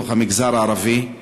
בתוך המגזר הערבי.